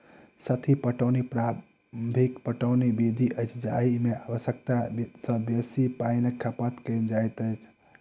सतही पटौनी पारंपरिक पटौनी विधि अछि जाहि मे आवश्यकता सॅ बेसी पाइनक खपत कयल जाइत अछि